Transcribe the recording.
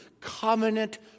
covenant